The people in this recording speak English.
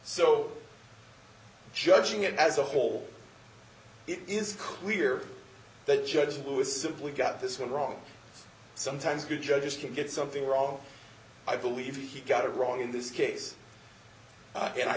so judging it as a whole it is clear that judge lewis simply got this one wrong sometimes good judges can get something wrong i believe he got it wrong in this case and i